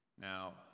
Now